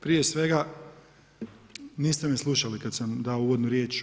Prije svega niste me slušali kad sam dao uvodnu riječ.